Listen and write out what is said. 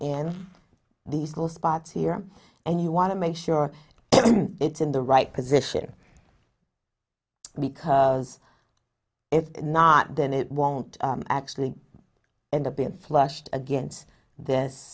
in these last parts here and you want to make sure it's in the right position because if not then it won't actually end up being flushed against this